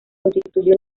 constituye